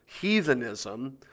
heathenism